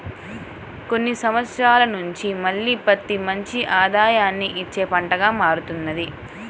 కొన్ని సంవత్సరాల నుంచి మళ్ళీ పత్తి మంచి ఆదాయాన్ని ఇచ్చే పంటగా మారుతున్నది